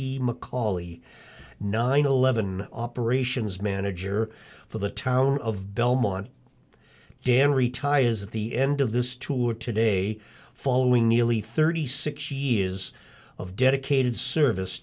macaulay nine eleven operations manager for the town of belmont jan retires at the end of this tour today following nearly thirty six years of dedicated service